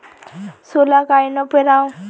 सोला कायनं पेराव?